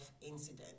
incident